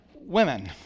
women